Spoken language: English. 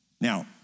Now